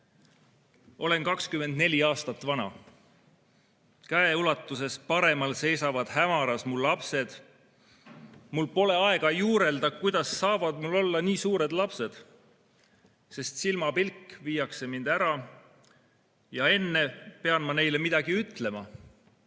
Olen 24 aastat vana. Käeulatuses paremal seisavad hämaras mu lapsed. Mul pole aega juurelda, kuidas saavad mul olla nii suured lapsed, sest silmapilk viiakse mind ära ja enne pean ma neile midagi ütlema.